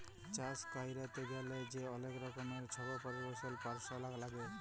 চাষ ক্যইরতে গ্যালে যে অলেক রকমের ছব পরকৌশলি পরাশলা লাগে